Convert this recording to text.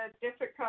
difficult